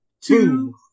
two